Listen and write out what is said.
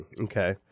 Okay